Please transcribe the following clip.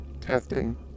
testing